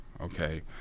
okay